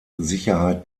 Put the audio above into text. sicherheit